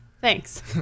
Thanks